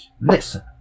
Listen